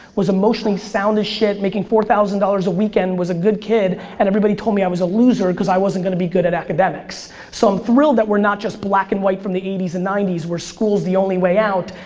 was emotionally sound as shit, making four thousand dollars a weekend, was a good kid, and everybody told me i was a loser cause i wasn't gonna be good at academics. so i'm thrilled that we're not just black and white from the eighty s and ninety s, where school's the only way out,